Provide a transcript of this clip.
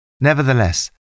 Nevertheless